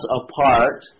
apart